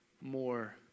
more